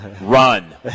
run